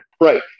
Right